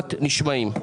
בנחת נשמעים.